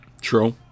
true